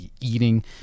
eating